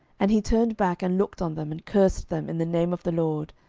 and he turned back, and looked on them, and cursed them in the name of the lord.